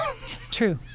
True